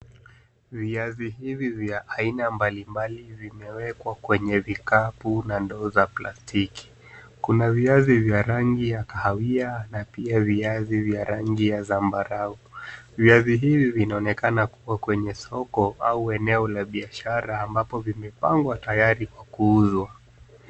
Viazi hivi vya aina mbalimbali vimewekwa kwenye vikapu na ndoo za plastiki. Kuna viazi vya rangi ya kahawia na pia viazi vya rangi ya zambarau. Viazi hivi vinaonekana kuwa kwenye soko au eneo la biashara ambapo vimepangwa tayari kwa kuuzwa.